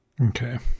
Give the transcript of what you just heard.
Okay